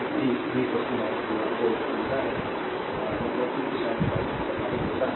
जैसे ही v 16 volt मिलता है मतलब इस दिशा में करंट प्रवाहित होता है